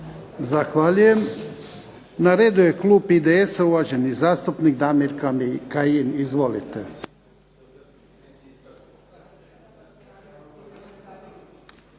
Zahvaljujem. Na redu je klub IDS-a, uvaženi zastupnik Damir Kajin. Izvolite.